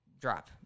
drop